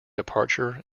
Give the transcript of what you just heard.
departure